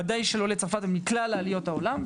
ודאי של עולי צרפת, ומכלל עליות העולם.